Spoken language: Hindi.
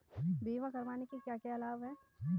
बीमा करवाने के क्या क्या लाभ हैं?